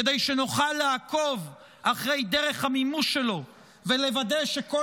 כדי שנוכל לעקוב אחרי דרך המימוש שלו ולוודא שכל